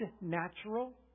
natural